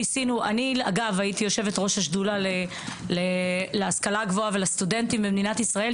אגב אני הייתי יושבת-ראש השדולה להשכלה גבוהה ולסטודנטים במדינת ישראל,